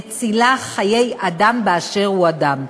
מצילה חיי אדם באשר הוא אדם.